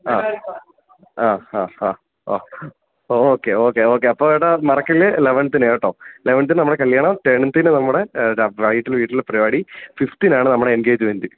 ആ ആ ആ ആ ഓ ഓക്കെ ഓക്കെ ഓക്കെ അപ്പോൾ ചേട്ടാ മറക്കല്ല് ലെവൻത്തിന് കേട്ടോ ലെവൻത്തിന് നമ്മുടെ കല്യാണം ടെൻത്തിന് നമ്മുടെ വൈകീട്ട് വീട്ടിൽ പരിപാടി ഫിഫ്ത്തിനാണ് നമ്മുടെ എന്കേജ്മെൻറ്റ്